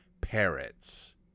parrots